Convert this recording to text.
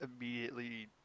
immediately